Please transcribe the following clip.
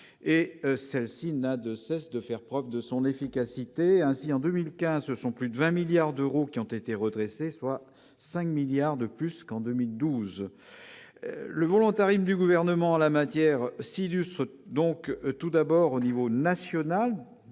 Cette action ne cesse de faire la preuve de son efficacité : ainsi, en 2015, plus de 20 milliards d'euros ont été redressés, soit 5 milliards de plus qu'en 2012. Le volontarisme du Gouvernement en la matière s'illustre donc tout d'abord au niveau national